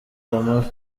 amavi